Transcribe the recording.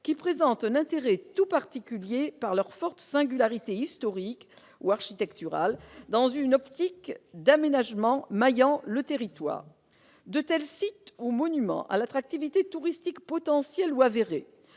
qui présentent un intérêt tout particulier par leur forte singularité historique ou architecturale, dans une optique d'aménagement maillant le territoire. De tels sites ou monuments, à l'attractivité touristique potentielle ou avérée,